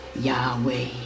Yahweh